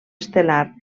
estel·lar